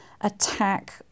attack